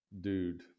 dude